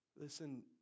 Listen